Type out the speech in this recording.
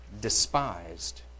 despised